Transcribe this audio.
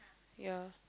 ya